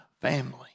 family